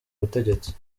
butegetsi